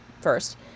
first